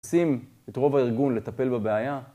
שים את רוב הארגון לטפל בבעיה?